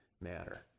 matter